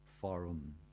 forum